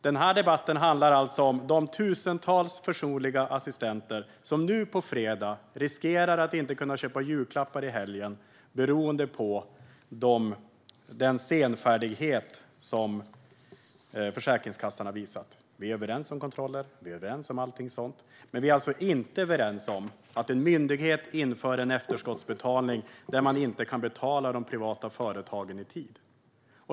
Denna debatt handlar om de tusentals personliga assistenter som riskerar att inte kunna köpa julklappar i helgen på grund av Försäkringskassans senfärdighet. Vi är överens om kontroller och allt sådant, men vi är inte överens om att en myndighet inför en efterskottsbetalning och inte kan betala de privata företagen i tid.